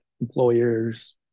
employers